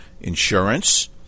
insurance